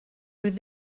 with